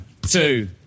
Two